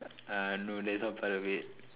uh no that's not part of it